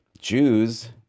Jews